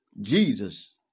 Jesus